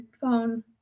phone